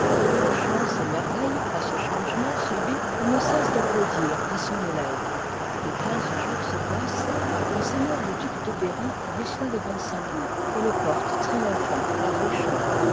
ro chon s'émerveille à ce changement subit i part et ne cesse d'applaudir à son élève les liv i quinze jours se passent ms le duc de berry reçoit les vingt cinq louis et les porte triomphant à rochon